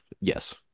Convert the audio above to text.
Yes